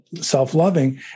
self-loving